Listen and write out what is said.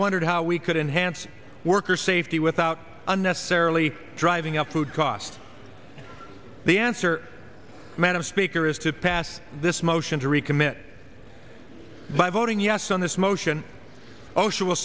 wondered how we could enhance worker safety without unnecessarily driving up food costs the answer madam speaker is to pass this motion to recommit by voting yes on this motion osha will